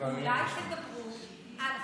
אולי תדברו על חוק-יסוד: